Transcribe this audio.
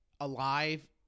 alive